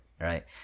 right